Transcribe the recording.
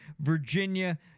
Virginia